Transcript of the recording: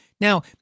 Now